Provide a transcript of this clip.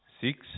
six